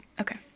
Okay